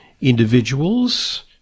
individuals